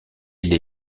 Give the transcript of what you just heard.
les